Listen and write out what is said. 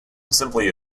simply